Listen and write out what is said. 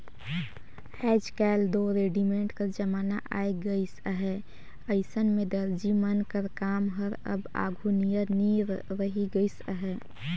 आएज काएल दो रेडीमेड कर जमाना आए गइस अहे अइसन में दरजी मन कर काम हर अब आघु नियर नी रहि गइस अहे